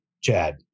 Chad